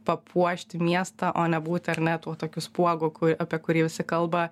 papuošti miestą o ne būti ar ne tuo tokiu spuogu ku apie kurį visi kalba